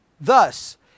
Thus